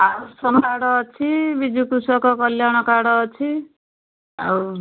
ଆଉ କାର୍ଡ଼ ଅଛି ବିଜୁ କୃଷକକଲ୍ୟାଣ କାର୍ଡ଼ ଅଛି ଆଉ